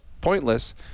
pointless